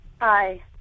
Hi